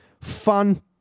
fun